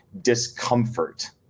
discomfort